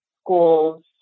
schools